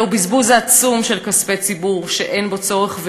זהו בזבוז עצום של כספי ציבור, שאין בו צורך,